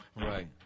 Right